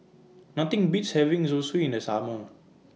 Nothing Beats having Zosui in The Summer